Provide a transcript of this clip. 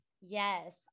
Yes